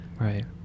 Right